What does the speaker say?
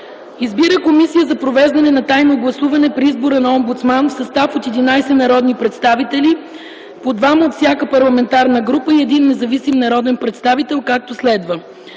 Избира Комисия за провеждане на тайно гласуване при избора на омбудсман в състав от 11 народни представители – по двама от всяка парламентарна група, и един независим народен представител, както следва: